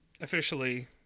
officially